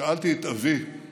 שאלתי את אבי,